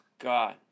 God